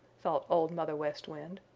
thought old mother west wind.